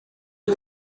est